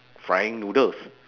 frying noodles